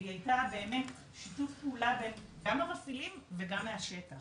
והיא היתה באמת שת"פ בין גם המפעילים וגם מהשטח.